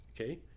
Okay